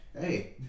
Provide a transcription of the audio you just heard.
hey